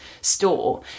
store